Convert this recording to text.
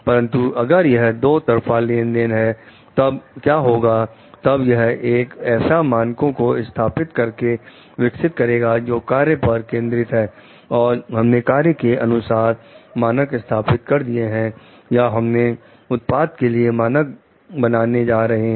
परंतु अगर यह दो तरफा लेन देन है तब क्या होगा तब यह यह ऐसे मानको को स्थापित करके विकसित करेगा जो कार्य पर केंद्रित हैं और हमने कार्य के अनुसार मानक स्थापित कर दिए हैं या हमने उत्पाद के लिए मानक बनाने जा रहे हैं